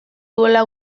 duela